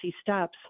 steps